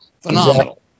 Phenomenal